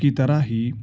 کی طرح ہی